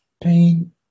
Pain